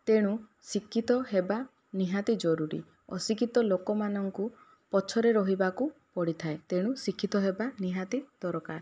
ତେଣୁ ଶିକ୍ଷିତ ହେବା ନିହାତି ଜରୁରୀ ଅଶିକ୍ଷିତ ଲୋକମାନଙ୍କୁ ପଛରେ ରହିବାକୁ ପଡ଼ିଥାଏ ତେଣୁ ଶିକ୍ଷିତ ହେବା ନିହାତି ଦରକାର